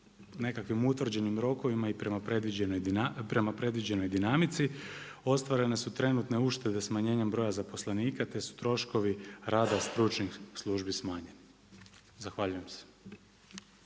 nekakvim utvrđenim rokovima i prema predviđenoj dinamici. Ostvarene su trenutne uštede smanjenjem broja zaposlenika te su troškovi rada stručnih službi smanjeni. Zahvaljujem se.